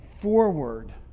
forward